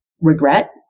regret